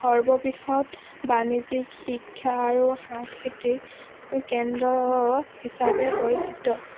সৰ্ববৃহৎ বাণিজ্যিক শিক্ষা আৰু সাংস্কৃতিক কেন্দ্ৰ হিচাপে পৰিচিত